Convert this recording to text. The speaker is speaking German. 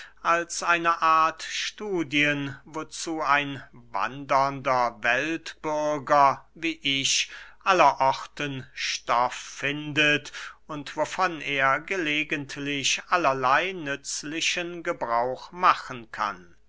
als eine art studien wozu ein wandernder weltbürger wie ich aller orten stoff findet und wovon er gelegenheitlich allerley nützlichen gebrauch machen kann